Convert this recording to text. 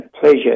pleasure